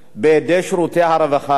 בידי שירותי הרווחה,